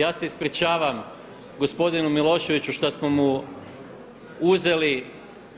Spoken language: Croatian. Ja se ispričavam gospodinu Miloševiću što smo mu uzeli